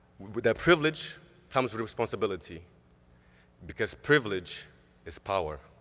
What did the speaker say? with that privilege comes responsibility because privilege is power.